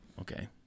Okay